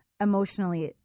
emotionally